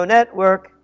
Network